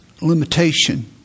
limitation